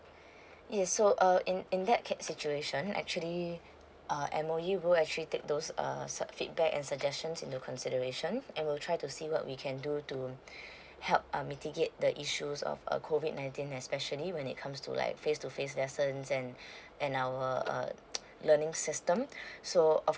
yes so uh in in that case situation actually uh and M_O_E will actually take those uh feedback and suggestions into consideration I will try to see what we can do to help uh mitigate the issues of err COVID nineteen especially when it comes to like face to face lessons and and our uh learning system so off